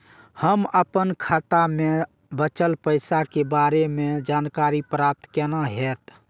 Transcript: हम अपन खाता में बचल पैसा के बारे में जानकारी प्राप्त केना हैत?